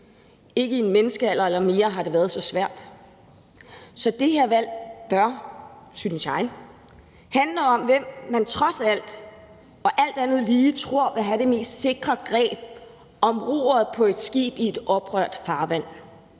Ikke i en menneskealder eller mere har det været så svært. Så det her valg handler om, synes jeg, hvem man trods alt – alt andet lige – tror vil have det mest sikre greb om roret på et skib i et oprørt farvand.